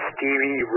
Stevie